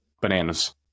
Bananas